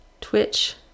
Twitch